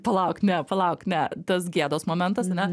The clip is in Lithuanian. palauk ne palauk ne tas gėdos momentas ane